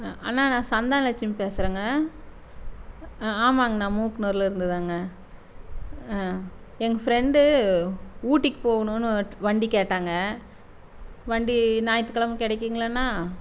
அண்ணா நான் சந்தான லட்சுமி பேசுறேங்க ஆ ஆமாங்கண்ணா மூக்கனூர்லிருந்துதாங்க ஆ எங்கள் ஃப்ரெண்டு ஊட்டிக்கு போகணுனு வண்டி கேட்டாங்க வண்டி ஞாயித்துக்கெழம கிடைக்குங்களாண்ணா